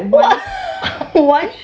one